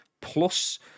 plus